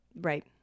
Right